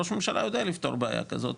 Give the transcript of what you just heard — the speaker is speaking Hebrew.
ראש הממשלה יודע לפתור בעיה כזו,